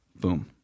Boom